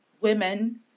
women